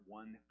one